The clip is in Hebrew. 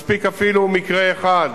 מספיק אפילו מקרה אחד